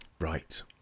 Right